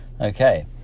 Okay